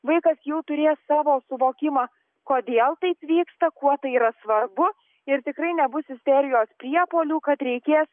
vaikas jau turės savo suvokimą kodėl taip vyksta kuo tai yra svarbu ir tikrai nebus isterijos priepuolių kad reikės